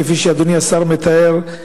כפי שאדוני השר מתאר,